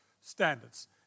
standards